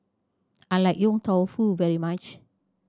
I like Yong Tau Foo very much